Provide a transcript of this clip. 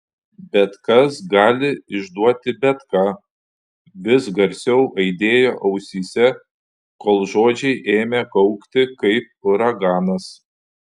bet kas gali išduoti bet ką vis garsiau aidėjo ausyse kol žodžiai ėmė kaukti kaip uraganas